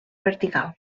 vertical